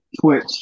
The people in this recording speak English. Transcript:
Twitch